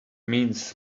means